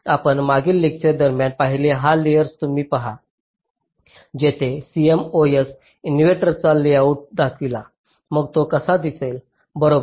आपण मागील लेक्चर दरम्यान पाहिलेला हा लेआउट तुम्ही पहा जिथे आम्ही CMOS इन्व्हर्टरचा लेआउट दाखविला मग तो कसा दिसेल बरोबर